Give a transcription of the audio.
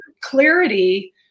clarity